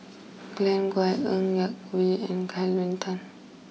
Glen Goei Ng Yak Whee and Kelvin Tan